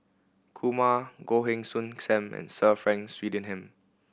Kumar Goh Heng Soon Sam and Sir Frank Swettenham